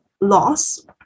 loss